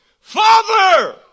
Father